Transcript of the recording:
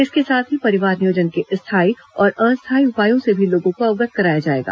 इसके साथ ही परिवार नियोजन के स्थायी और अस्थायी उपायों से भी लोगों को अवगत कराया जाएगा